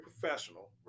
professional